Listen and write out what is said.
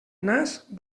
nas